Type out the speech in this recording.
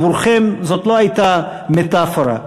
עבורכם זאת לא הייתה מטפורה.